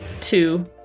two